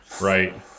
right